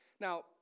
Now